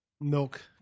milk